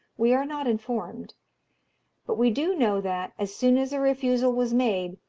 we are not informed but we do know that, as soon as a refusal was made,